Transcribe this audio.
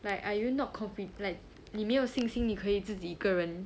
like are you not confi~ like 你没有信心你可以自己一个人